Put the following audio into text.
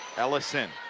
ellyson,